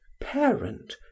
parent